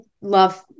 love